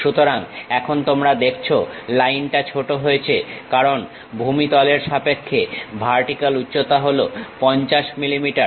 সুতরাং এখন তোমরা দেখছো লাইনটা ছোট হয়েছে কারণ ভূমি তলের সাপেক্ষে ভার্টিক্যাল উচ্চতা হলো 50 মিলিমিটার